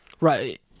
Right